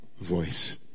voice